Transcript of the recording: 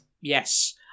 Yes